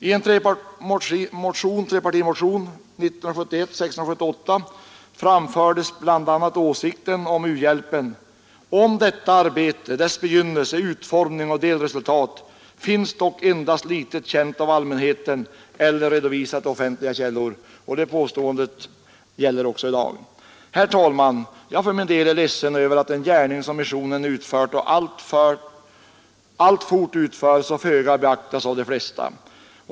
I en trepartimotion — nr 678 år 1971 — framfördes om u-hjälpen bl.a. åsikten: ”Om detta arbete, dess begynnelse, utformning och delresultat finns dock endast litet känt av allmänheten eller redovisat i offentliga källor.” Det påståendet gäller också i dag. Herr talman! Jag är ledsen över att den gärning missionen utfört och alltfort utför så föga beaktas av de flesta.